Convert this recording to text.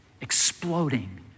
exploding